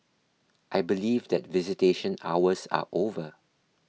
I believe that visitation hours are over